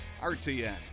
RTN